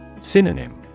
Synonym